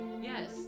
yes